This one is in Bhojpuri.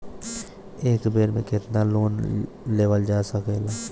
एक बेर में केतना लोन लेवल जा सकेला?